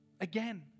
Again